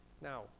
Now